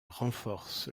renforce